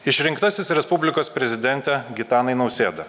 išrinktasis respublikos prezidente gitanai nausėda